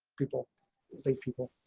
people like people